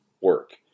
work